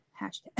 Hashtag